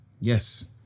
yes